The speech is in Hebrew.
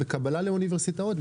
בקבלה לאוניברסיטאות.